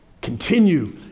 continue